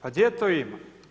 Pa gdje to ima?